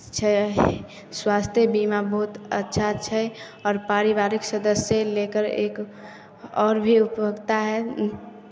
छै स्वास्थ्य बीमा बहुत अच्छा छै आओर पारिवारिक सदस्य लेकर एक आओर भी उपयोगिता हइ